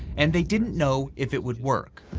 and they didn't know if it would work.